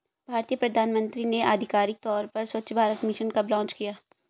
भारतीय प्रधानमंत्री ने आधिकारिक तौर पर स्वच्छ भारत मिशन कब लॉन्च किया?